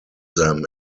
them